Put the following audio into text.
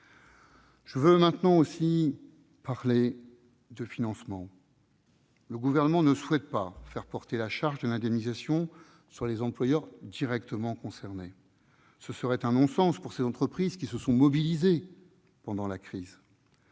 Je veux maintenant aussi parler de financement. Le Gouvernement ne souhaite pas faire porter la charge de l'indemnisation sur les employeurs directement concernés. Ce serait un non-sens pour ces entreprises qui se sont mobilisées pendant la crise.